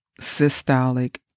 systolic